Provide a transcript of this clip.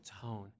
tone